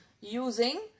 using